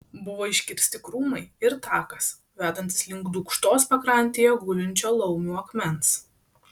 buvo iškirsti krūmai ir takas vedantis link dūkštos pakrantėje gulinčio laumių akmens